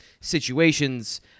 situations